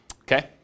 okay